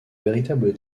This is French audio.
véritable